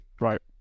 Right